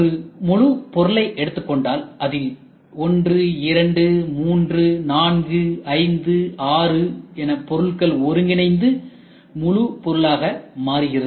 ஒரு முழுப் பொருளை எடுத்துக் கொண்டால் அதில் 123456 பொருள்கள் ஒருங்கிணைந்து ஒரு முழுப் பொருளாக மாறுகிறது